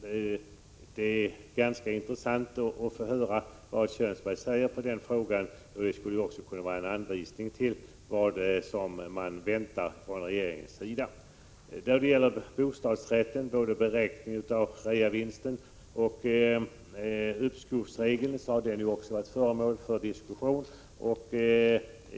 Det är ganska intressant att höra vad Arne Kjörnsberg säger om den frågan. Det skulle också kunna vara en anvisning om vad som är att vänta från regeringens sida. Beräkningen av reavinsten och uppskovsregeln för bostadsrätter har också varit föremål för diskussion.